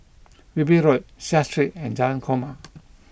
Wilby Road Seah Street and Jalan Korma